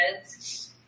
kids